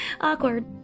awkward